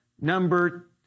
number